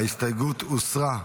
ההסתייגות הוסרה.